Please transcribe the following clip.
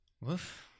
Woof